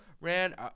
ran